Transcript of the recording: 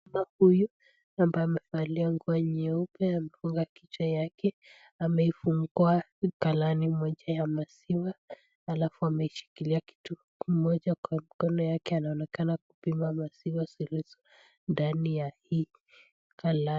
Mama huyu ambaye amevalia nguo nyeupe amefunga kichwa yake, ameifungua galani moja ya maziwa, halafu ameishikilia kitu kimoja kwa mkono yake, anaonekana kupima maziwa zilizo ndani ya hii galani.